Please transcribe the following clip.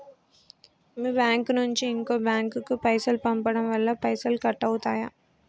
మీ bank నుంచి ఇంకో bank కు పైసలు పంపడం వల్ల పైసలు కట్ అవుతయా?